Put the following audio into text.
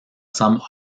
some